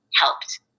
helped